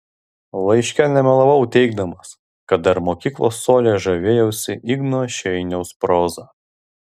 laiške nemelavau teigdamas kad dar mokyklos suole žavėjausi igno šeiniaus proza